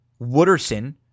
Wooderson